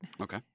Okay